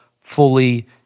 fully